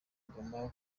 goma